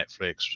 Netflix